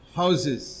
houses